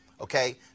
okay